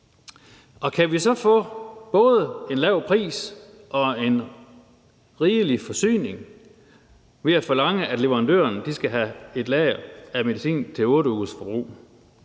Kan vi så få både en lav pris og en rigelig forsyning ved at forlange, at leverandørerne skal have et lager af medicin til 8 ugers forbrug?